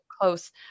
close